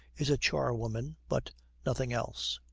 is a charwoman but nothing else.